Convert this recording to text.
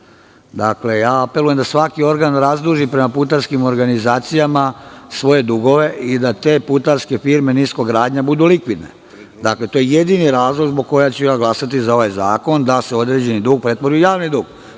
miliona. Apelujem na to da svaki organ razduži prema putarskim organizacijama svoje dugove i da te putarske firme nisko gradnja budu likvidne. To je jedini razlog zbog kojeg ću glasati za ovaj zakon, da se određeni dug pretvori u javni dug.